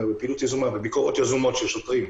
בביקורות יזומות של שוטרים.